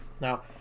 Now